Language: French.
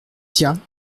tiens